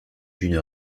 d’une